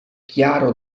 chiaro